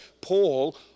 Paul